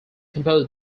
composed